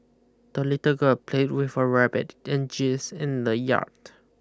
the little girl played with her rabbit and geese in the yard